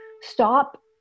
stop